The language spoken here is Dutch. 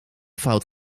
fout